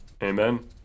Amen